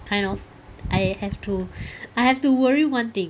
kind of I have to I have to worry one thing